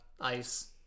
ICE